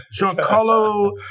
Giancarlo